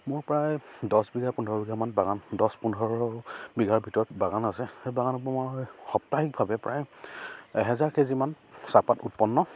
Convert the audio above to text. মোৰ প্ৰায় দহ বিঘা পোন্ধৰ বিঘামান বাগান দহ পোন্ধৰ বিঘাৰ ভিতৰত বাগান আছে সেই বাগানৰপৰা মই সাপ্তাহিকভাৱে প্ৰায় এহেজাৰ কেজিমান চাহপাত উৎপন্ন